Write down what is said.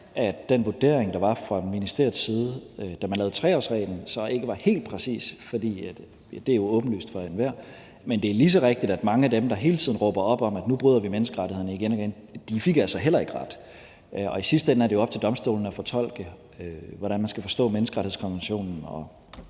at den vurdering, der blev foretaget fra ministeriets side, da man lavede 3-årsreglen, ikke var helt præcis – det er jo åbenlyst for enhver – men det er lige så rigtigt, at mange af dem, der hele tiden råber om, at vi nu igen igen bryder menneskerettighederne, altså heller ikke fik ret. I sidste ende er det jo op til domstolene at fortolke, hvordan man skal forstå menneskerettighedskonventionen,